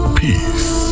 peace